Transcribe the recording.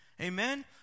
Amen